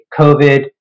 covid